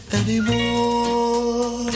anymore